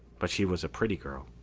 but she was a pretty girl.